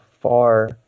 far